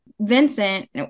Vincent